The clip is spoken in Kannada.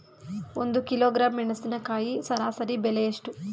ಒಂದು ಕಿಲೋಗ್ರಾಂ ಮೆಣಸಿನಕಾಯಿ ಸರಾಸರಿ ಬೆಲೆ ಎಷ್ಟು?